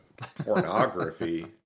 pornography